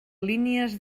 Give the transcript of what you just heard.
línies